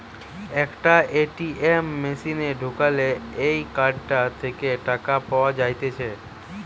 একটা এ.টি.এম মেশিনে ঢুকালে এই কার্ডটা থেকে টাকা পাওয়া যাইতেছে